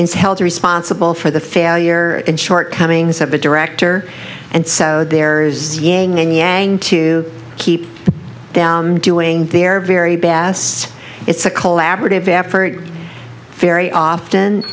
and held responsible for the failure and short comings of a director and so there's yang and yang to keep them doing their very best it's a collaborative effort very often